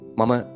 Mama